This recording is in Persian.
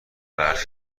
برف